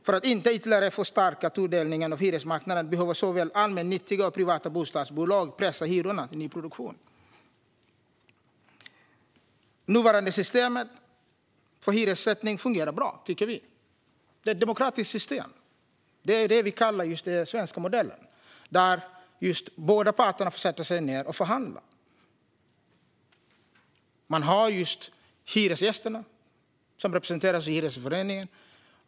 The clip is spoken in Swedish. För att inte ytterligare förstärka tudelningen av hyresmarknaden behöver såväl allmännyttiga som privata bostadsbolag pressa hyrorna i nyproduktionen. Nuvarande system för hyressättning fungerar bra. Det är ett demokratiskt system, det vi kallar den svenska modellen där båda parter får sätta sig ned och förhandla. Hyresgästerna representeras av Hyresgästföreningen.